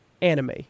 anime